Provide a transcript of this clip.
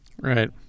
Right